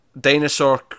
dinosaur